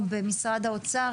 או במשרד האוצר,